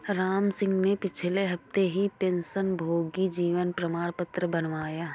रामसिंह ने पिछले हफ्ते ही पेंशनभोगी जीवन प्रमाण पत्र बनवाया है